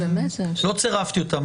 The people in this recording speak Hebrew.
אני לא צירפתי אותם,